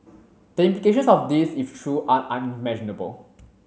the implications of this if true are unimaginable